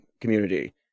community